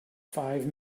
five